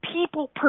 people